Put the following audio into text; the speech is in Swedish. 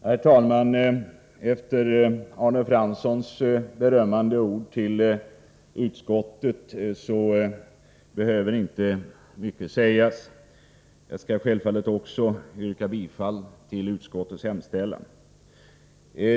Herr talman! Efter Arne Franssons berömmande ord till utskottet behöver inte mycket sägas. Jag skall självfallet också yrka bifall till utskottets hemställan.